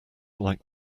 like